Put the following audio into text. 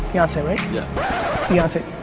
fiance right? yeah fiance?